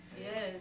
Yes